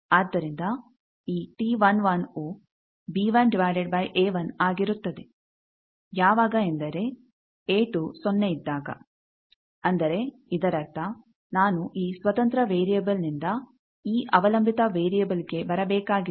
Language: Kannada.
ಆದ್ದರಿಂದ ಈ T11 ವು b1 a1 ಆಗಿರುತ್ತದೆ ಯಾವಾಗ ಎಂದರೆ a2 0 ಇದ್ದಾಗ ಅಂದರೆ ಇದರರ್ಥ ನಾನು ಈ ಸ್ವತಂತ್ರ ವೇರಿಯಬೆಲ್ನಿಂದ ಈ ಅವಲಂಬಿತ ವೇರಿಯೆಬೆಲ್ಗೆ ಬರಬೇಕಾಗಿದೆ